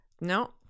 No